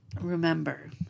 Remember